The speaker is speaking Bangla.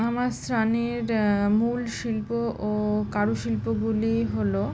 আমার স্থানের মূল শিল্প ও কারু শিল্পগুলি হলো